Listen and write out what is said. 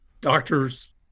doctors